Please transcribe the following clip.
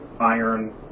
iron